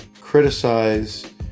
criticize